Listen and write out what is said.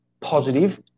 positive